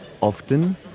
often